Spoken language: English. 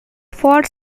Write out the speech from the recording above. fought